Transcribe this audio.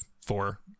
four